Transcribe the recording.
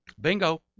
bingo